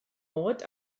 mord